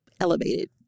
elevated